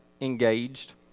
engaged